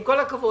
עם כל הכבוד,